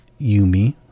Yumi